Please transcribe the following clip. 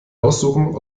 aussuchen